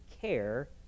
care